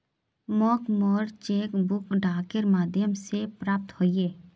मोक मोर cheque book डाकेर माध्यम से प्राप्त होइए